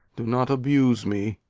do not abuse me.